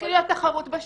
תתחיל להיות תחרות בשוק,